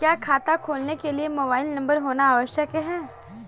क्या खाता खोलने के लिए मोबाइल नंबर होना आवश्यक है?